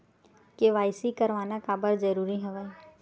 KYC करवाना काबर जरूरी हवय?